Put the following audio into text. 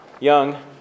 young